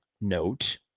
note